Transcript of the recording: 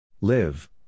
Live